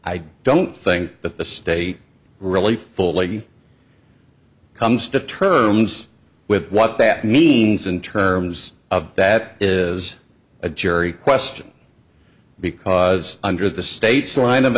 i don't think that the state really fully comes to terms with what that means in terms of that is a jury question because under the state's line of